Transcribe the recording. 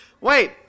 Wait